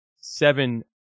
seven